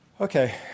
Okay